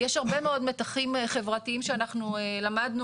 יש הרבה מאוד מתחים חברתיים שאנחנו למדנו